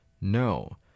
No